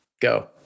Go